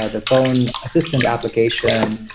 ah the phone assistance application.